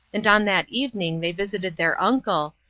and on that evening they visited their uncle,